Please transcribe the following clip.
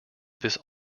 this